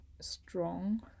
strong